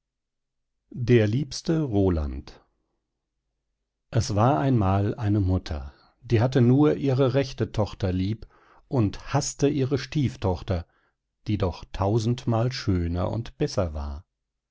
der liebste roland es war einmal eine mutter die hatte nur ihre rechte tochter lieb und haßte ihre stieftochter die doch tausendmal schöner und besser war